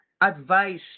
advice